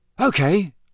okay